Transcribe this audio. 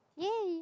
yay